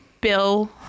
Bill